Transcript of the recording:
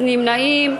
אין נמנעים.